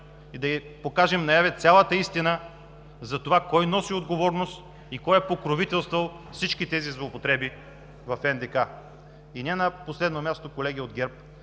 и да покажем наяве цялата истина за това кой носи отговорност и кой е покровителствал всички тези злоупотреби в НДК. И не на последно място, колеги от ГЕРБ,